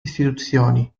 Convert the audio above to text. istituzioni